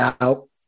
out